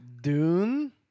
Dune